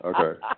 Okay